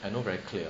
I know very clear